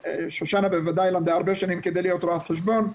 ושושנה בוודאי למדה הרבה שנים כדי להיות רואת חשבון,